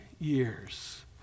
years